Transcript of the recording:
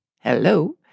hello